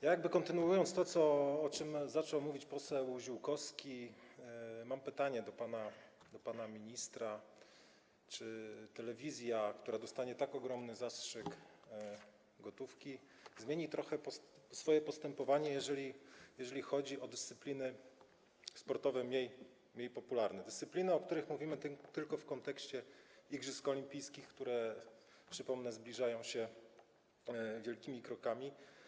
Ja jakby kontynuując to, o czym zaczął mówić poseł Ziółkowski, mam pytanie do pana ministra: Czy telewizja, która dostanie tak ogromny zastrzyk gotówki, zmieni trochę swoje postępowanie, jeżeli chodzi o dyscypliny sportowe mniej popularne, dyscypliny, o których mówimy tylko w kontekście igrzysk olimpijskich, które, przypomnę, zbliżają się wielkimi krokami?